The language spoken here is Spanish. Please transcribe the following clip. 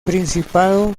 principado